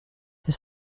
his